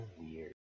weird